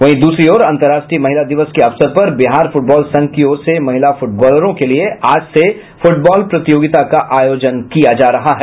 वहीं दूसरी ओर अंतर्राष्ट्रीय महिला दिवस के अवसर पर बिहार फुटबॉल संघ की ओर से महिला फुटबॉलरों के लिए आज से फुटबॉल प्रतियोगिता का आयोजन किया जा रहा है